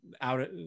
out